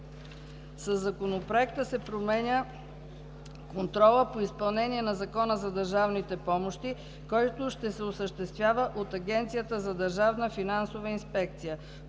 Със Законопроекта се променя контролът по изпълнение на Закона за държавните помощи, който ще се осъществява от Агенцията за държавна финансова инспекция.